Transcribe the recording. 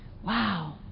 Wow